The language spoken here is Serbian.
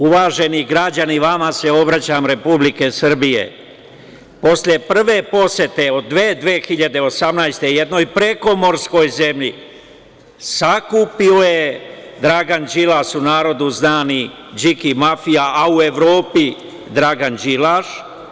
Uvaženi građani, vama se obraćam Republike Srbije, posle prve posete od 2018. godine jednoj prekomorskoj zemlji sakupio je Dragan Đilas u narodu zvani Điki mafija, a u Evropi Dragan Đilaš.